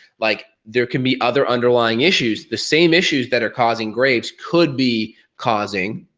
like, there can be other underlying issues, the same issues that are causing graves' could be causing,